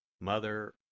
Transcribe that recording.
Mother